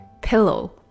Pillow